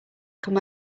come